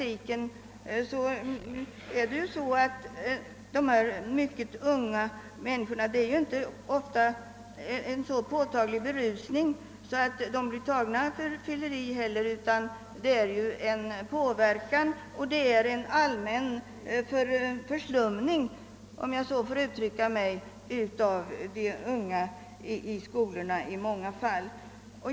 Beträffande dessa mycket unga människor är det inte alltid fråga om en så påtaglig berusning att de blir tagna för fylleri och kommer in i statistiken. De påverkas emellertid, och det blir en allmän »förslumning» av de unga i skolorna.